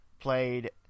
played